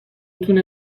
تونه